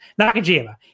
Nakajima